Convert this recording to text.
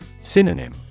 Synonym